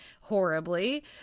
horribly